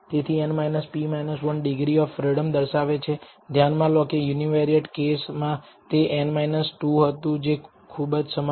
તેથી n p 1 degree of freedom દર્શાવે છે ધ્યાનમાં લો કે યુનિવરિએટ કેસમાં તે n 2 હતું ખૂબ જ સમાન